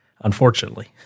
unfortunately